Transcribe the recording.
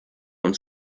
uns